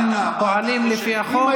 הם פועלים לפי החוק.